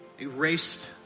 erased